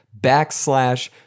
backslash